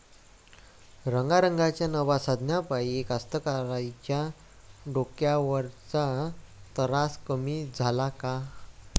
रंगारंगाच्या नव्या साधनाइपाई कास्तकाराइच्या डोक्यावरचा तरास कमी झाला का?